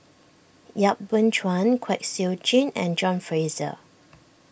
Yap Boon Chuan Kwek Siew Jin and John Fraser